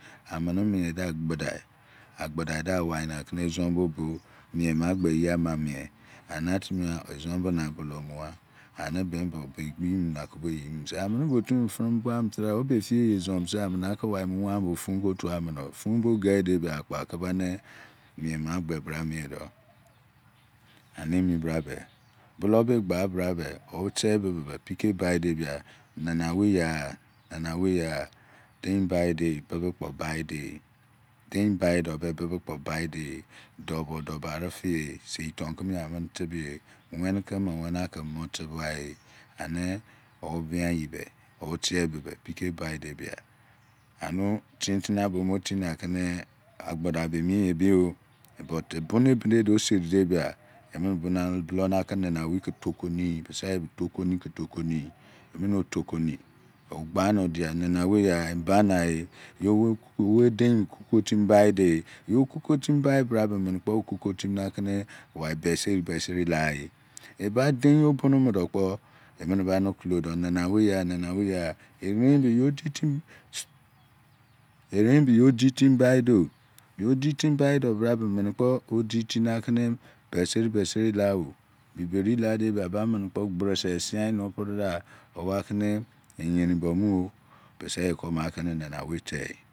Amene mieda gbudai, gbudai da ke ezon bo bo mie maybe eyiama mie anatimiye ezon be na bulo omugha ane bemibe ge ebieyi mi ni akuboyi be, amene botu mini premobogha mosa obe preyi ezon be kenake uean be pun ko ge doye nbo gei dobia akpo akene mie bra mie do aniemibra be, bulo be egba brabe oyei bebe be pike buidebia nanaowei ya nanaowei ya dein bai do be bebe kpo baide dobo dobo aripie seitokeme ya aminitebeye, wenikeme mo wenigha keme mo tene gha ye, ani owo bianyibe owo tiebebebe pikebai debia ani tunyina be omu tine ake ne agbuda bemiyebiyo but ebunu opine be emu duo seri debia emene budo nake nanaowei toko ni yi, tokoniki tokoniyi, gbanodia nanaowei ya mbana yowodienmini kukotimi bai de, yokukotimi baibrabe mene kpo okuko timinakene waitimi besevi besevi laeh, eba dein obuni midokpo emene beni okulodo nanaowei ya manaowei ya erein be yo oditimi erein be yo oditimi baido yo ditimi bai do bra be me kpo ode timi beseri beseri lao biberiladebia bamene kpo gbrese siyanopere da wakemenekpo eyerinbomu biseye ke oma akene nanaowei tei